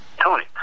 Tony